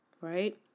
Right